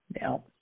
Now